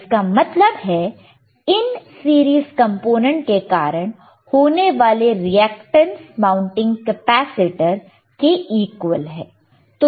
इसका मतलब है इन सीरीज कंपोनेंट के कारण होने वाले रिएक्टेंस माउंटिंग कैपेसिटर के इक्वल है